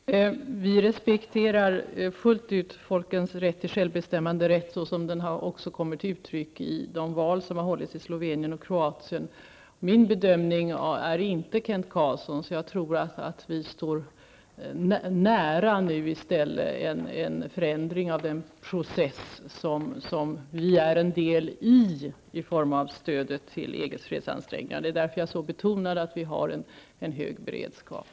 Fru talman! Vi respekterar fullt ut folkens rätt till självbestämmande, såsom det också kommer till uttryck i de val som har hållits i Slovenien och Kroatien. Min bedömning är inte den som Kent Carlsson gör. Jag tror att en förändring är nära i den process som vi är en del av i form av stödet till EGs fredsansträngningar. Det är därför jag så klart betonar att vi har en hög beredskap.